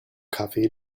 kaffee